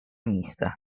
mista